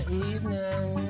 evening